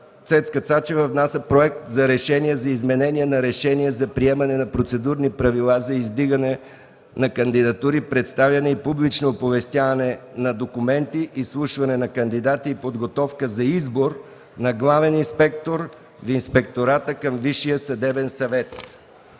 Цецка Цачева внася Проект за решение за изменение на Решение за приемане на процедурни правила за издигане на кандидатури, представяне и публично оповестяване на документи, изслушване на кандидати и подготовка за избор на главен инспектор в Инспектората към Висшия съдебен съвет.